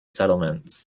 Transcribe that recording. settlements